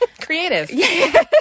creative